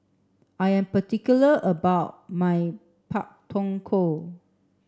I am particular about my Pak Thong Ko